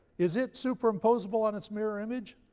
is it superimposable on its mirror image?